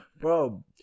Bro